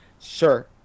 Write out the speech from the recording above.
Sure